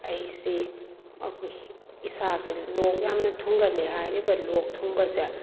ꯑꯩꯁꯤ ꯑꯩꯈꯣꯏ ꯏꯁꯥꯁꯤ ꯂꯣꯛ ꯌꯥꯝꯅ ꯊꯨꯡꯒꯜꯂꯦ ꯍꯥꯏꯔꯤꯕ ꯂꯣꯛ ꯊꯨꯡꯕꯁꯦ